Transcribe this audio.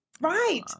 Right